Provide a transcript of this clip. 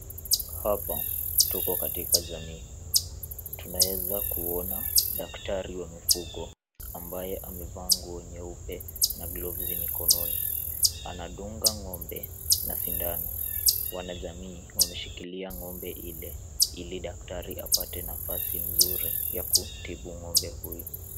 Hapa tuko katika jamii. Tunaeza kuona daktari wa mifugo ambaye amevaa nguo nyeupe na glovu za mikononi. Anadunga ng'ombe na sindano. Wanajamii wameshikilia ng'ombe ile ili daktari apate nafasi mzuri ya kutibu ng'ombe huyo.